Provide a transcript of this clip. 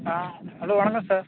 ஆ hello வணக்கம் sir